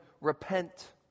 repent